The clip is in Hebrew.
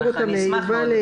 שהעיר יובל וגנר.